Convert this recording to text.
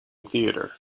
theatre